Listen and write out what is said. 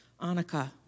Annika